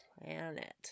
planet